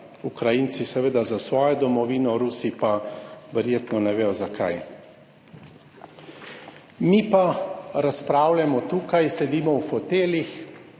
Ukrajinci seveda za svojo domovino, Rusi pa verjetno ne vedo zakaj. Mi pa razpravljamo tukaj, sedimo v foteljih